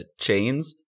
chains